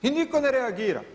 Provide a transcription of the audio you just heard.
I nitko ne reagira!